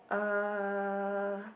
uh